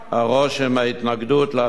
מההתנגדות להצעת החוק,